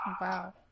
Wow